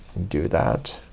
do that,